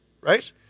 right